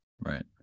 Right